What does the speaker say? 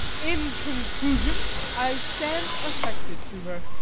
in conclusion, i stand affected to her.